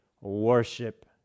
worship